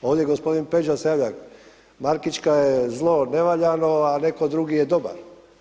Ovdje gospodin Peđa se javlja Markićka je zlo nevaljano a netko drugi je dobar.